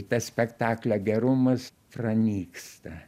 tas spektaklio gerumas pranyksta